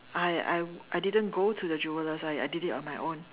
I I I didn't go to the jewellers so I did on my own